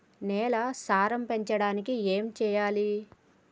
నేల సారం పెరగడానికి ఏం చేయాలి?